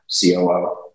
COO